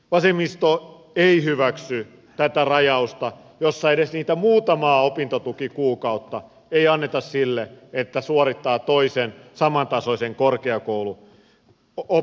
vasemmisto ei hyväksy tätä rajausta jossa edes niitä muutamaa opintotukikuukautta ei anneta siihen että suorittaa toisen samantasoisen korkeakoulututkinnon